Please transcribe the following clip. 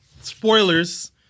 Spoilers